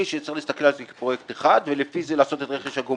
היא שצריך להסתכל על תיק פרויקט אחד ולפי זה לעשות את רכש הגומלין?